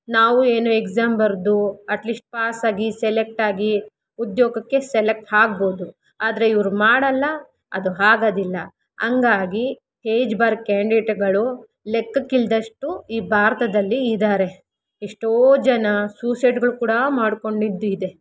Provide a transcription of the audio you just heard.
ನಾವು ಏನು ಎಕ್ಸಾಮ್ ಬರೆದು ಅಟ್ ಲೀಶ್ಟ್ ಪಾಸಾಗಿ ಸೆಲೆಕ್ಟ್ ಆಗಿ ಉದ್ಯೋಗಕ್ಕೆ ಸೆಲೆಕ್ಟ್ ಆಗ್ಬೊದು ಆದರೆ ಇವ್ರು ಮಾಡಲ್ಲ ಅದು ಆಗೋದಿಲ್ಲ ಹಂಗಾಗಿ ಹೇಜ್ ಬಾರ್ ಕ್ಯಾಂಡಿಟ್ಗಳು ಲೆಕ್ಕಕ್ಕಿಲ್ಲದಷ್ಟು ಈ ಭಾರತದಲ್ಲಿ ಇದ್ದಾರೆ ಎಷ್ಟೋ ಜನ ಸುಸೈಡ್ಗಳು ಕೂಡ ಮಾಡ್ಕೊಂಡಿದ್ದಿದೆ